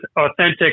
authentic